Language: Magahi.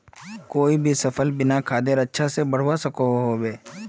कोई भी सफल बिना खादेर अच्छा से बढ़वार सकोहो होबे?